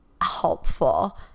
helpful